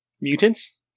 Mutants